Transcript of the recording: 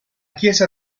chiesa